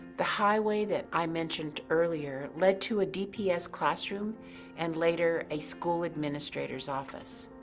the highway that i mentioned earlier led to a dps classroom and later a school administrator's office.